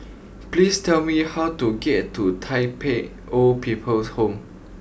please tell me how to get to Tai Pei Old People's Home